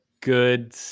good